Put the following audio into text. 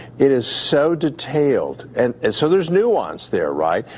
it is so detailed and and so there's nuance there, right?